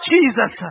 Jesus